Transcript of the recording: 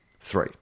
three